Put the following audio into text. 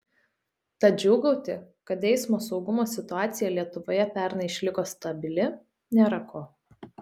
tad džiūgauti kad eismo saugumo situacija lietuvoje pernai išliko stabili nėra ko